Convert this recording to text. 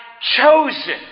chosen